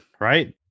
right